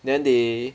then they